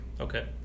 Okay